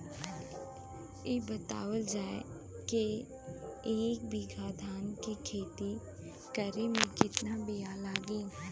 इ बतावल जाए के एक बिघा धान के खेती करेमे कितना बिया लागि?